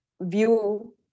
view